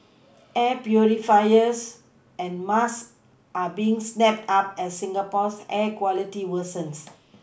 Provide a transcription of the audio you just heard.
air purifiers and masks are being snapped up as Singapore's air quality worsens